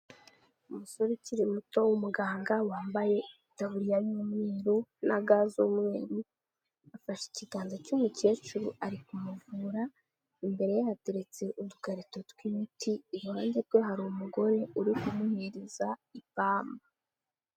Umusore ukiri muto w'umuganga wambaye itaburiya y'umweru na ga z'umweru, afashe ikiganza cy'umukecuru ari kumuvura, imbere ye hateretse udukarito tw'imiti, iruhande rwe hari umugore uri kumuhereza ipamba.